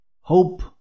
Hope